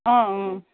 অঁ অঁ